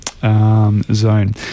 Zone